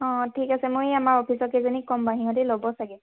অঁ ঠিক আছে মই আমাৰ অফিচত কেইজনী কম বাৰু সিহঁতে ল'ব চাগে